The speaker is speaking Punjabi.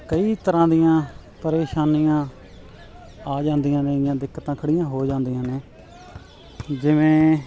ਕਈ ਤਰ੍ਹਾਂ ਦੀਆਂ ਪਰੇਸ਼ਾਨੀਆਂ ਆ ਜਾਂਦੀਆਂ ਨੇ ਜਾਂ ਦਿੱਕਤਾਂ ਖੜੀਆਂ ਹੋ ਜਾਂਦੀਆਂ ਨੇ ਜਿਵੇਂ